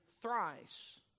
thrice